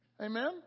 Amen